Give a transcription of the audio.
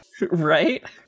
Right